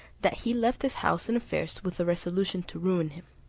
that he left his house and affairs with a resolution to ruin him.